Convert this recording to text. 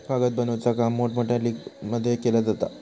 कागद बनवुचा काम मोठमोठ्या मिलमध्ये केला जाता